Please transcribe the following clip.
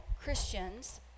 Christians